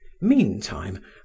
meantime